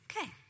Okay